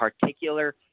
particular